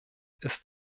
ist